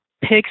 picks